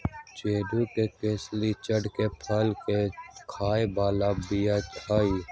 चिढ़ के कसेली चिढ़के फल के खाय बला बीया हई